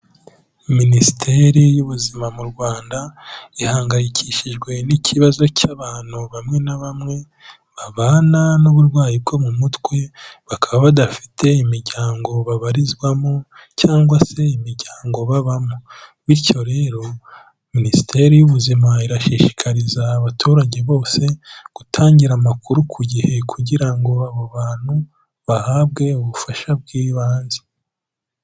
Minisiteri y'Ubuzima mu Rwanda, ihangayikishijwe n'ikibazo cy'abantu bamwe na bamwe babana n'uburwayi bwo mu mutwe, bakaba badafite imiryango babarizwamo cyangwa se imiryango babamo bityo rero Minisiteri y'Ubuzima irashishikariza abaturage bose, gutangira amakuru ku gihe kugira ngo abo bantu bahabwe ubufasha bw'ibanze.